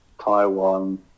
Taiwan